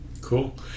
Cool